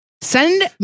Send